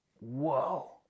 whoa